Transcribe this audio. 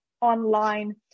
online